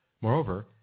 Moreover